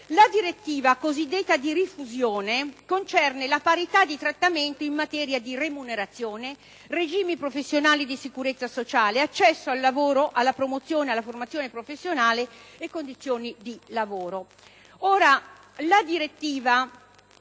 La direttiva cosiddetta di rifusione concerne la parità di trattamento in materia di remunerazione, di regimi professionali e di sicurezza sociale, di accesso al lavoro, alla promozione ed alla formazione professionale, e di condizioni di lavoro.